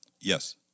Yes